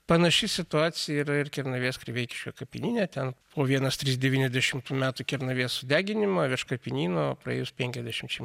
panaši situacija yra ir kernavės krivičių kapinyne ten po vienas trys devyniasdešimtų metų kernavės sudeginimo virš kapinyno praėjus penkiasdešimčiai